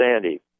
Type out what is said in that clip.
Sandy